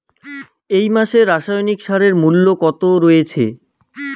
এই মাসে রাসায়নিক সারের মূল্য কত রয়েছে?